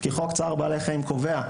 כי חוק צער בעלי חיים קובע,